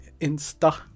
Insta